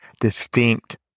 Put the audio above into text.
distinct